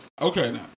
Okay